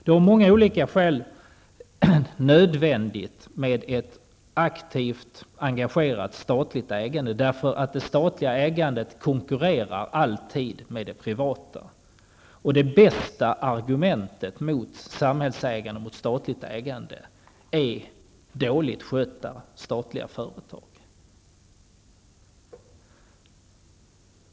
Det är av många olika skäl nödvändigt med ett aktivt, engagerat statligt ägande, därför att det statliga ägandet konkurrerar alltid med det privata. Det bästa argumentet mot samhällsägande, mot statligt ägande, är dåligt skötta statliga företag.